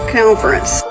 conference